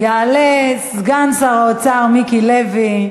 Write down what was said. יעלה סגן שר האוצר מיקי לוי,